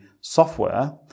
software